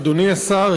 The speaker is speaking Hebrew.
אדוני השר,